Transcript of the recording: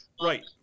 Right